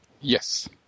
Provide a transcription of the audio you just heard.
Yes